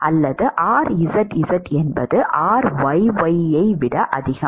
அல்லது rzz என்பது ryy ஐ விட மிக அதிகம்